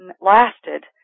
lasted